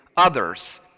others